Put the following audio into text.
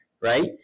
Right